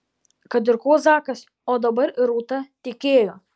kad ir kuo zakas o dabar ir rūta tikėjo